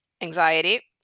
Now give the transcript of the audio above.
anxiety